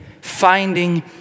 finding